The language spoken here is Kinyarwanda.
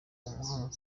umuhanga